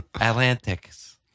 Atlantics